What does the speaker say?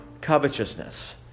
covetousness